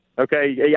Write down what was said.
Okay